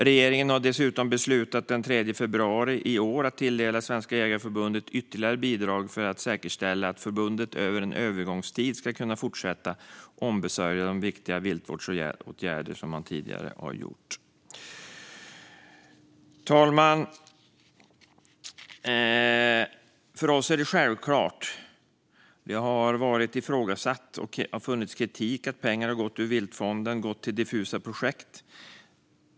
Regeringen beslutade dessutom den 3 februari i år att tilldela Svenska Jägareförbundet ytterligare bidrag för att säkerställa att förbundet över en övergångstid ska kunna fortsätta ombesörja de viktiga viltvårdsåtgärder man tidigare har ombesörjt. Fru talman! För oss är detta självklart. Det har varit ifrågasatt och kommit kritik mot att pengar ur viltfonden har gått till diffusa projekt.